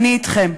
אני אתכם.